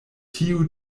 tiu